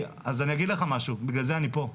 אז אני אגיד לך משהו, בגלל זה אני פה,